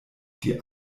die